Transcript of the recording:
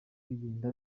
bigenda